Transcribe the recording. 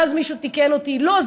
ואז מישהו תיקן אותי: לא,